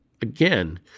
again